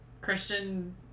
Christian